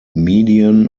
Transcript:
median